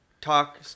talk